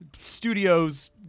studios